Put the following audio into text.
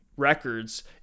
records